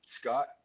Scott